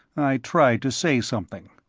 i tried to say something.